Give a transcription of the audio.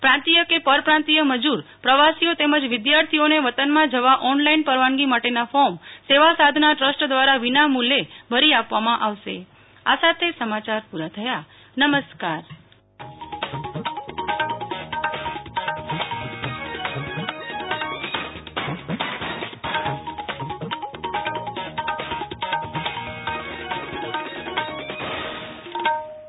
પ્રાંતીય કે પરપ્રાંતીય મજૂર પ્રવાસીઓ તેમજ વિદ્યાર્થીઓને વતનમાં જવા ઓનલાઈન પરવાનગી માટેનાં ફોર્મ સેવા સાધના ટ્રસ્ટ દ્વારા વિનામૂ લ્ચે ભરી આપવામાં આવશે નેહ્લ ઠક્કર